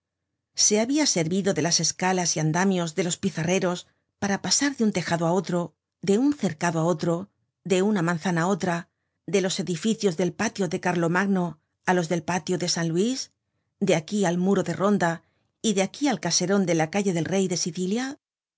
se habia servido de las escalas y andamios de los pizarreros para pasar de un tejado á otro de un cercado á otro de una manzanaá otra de los edificios del patio delcarlomagno á los del patio de san luis de aquí al muro de ronda y de aquí al caseron de la calle del rey de sicilia